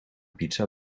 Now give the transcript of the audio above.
pizza